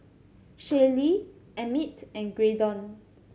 Shaylee Emmitt and Graydon